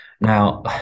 Now